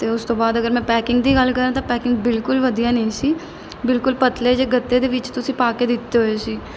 ਅਤੇ ਉਸ ਤੋਂ ਬਾਅਦ ਅਗਰ ਮੈਂ ਪੈਕਿੰਗ ਦੀ ਗੱਲ ਕਰਾਂ ਤਾਂ ਪੈਕਿੰਗ ਬਿਲਕੁਲ ਵਧੀਆ ਨਹੀਂ ਸੀ ਬਿਲਕੁਲ ਪਤਲੇ ਜਿਹੇ ਗੱਤੇ ਦੇ ਵਿੱਚ ਤੁਸੀਂ ਪਾ ਕੇ ਦਿੱਤੇ ਹੋਏ ਸੀ